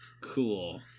Cool